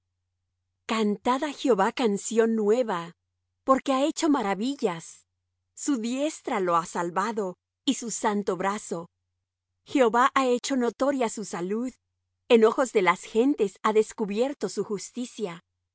á jehová canción nueva porque ha hecho maravillas su diestra lo ha salvado y su santo brazo jehová ha hecho notoria su salud en ojos de las gentes ha descubierto su justicia